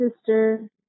sister